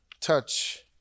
touch